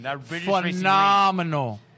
phenomenal